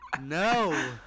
No